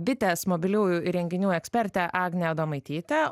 bitės mobiliųjų įrenginių ekspertė agne adomaityte